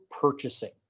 purchasing